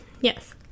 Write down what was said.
Yes